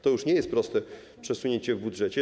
To już nie jest proste przesunięcie w budżecie.